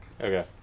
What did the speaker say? Okay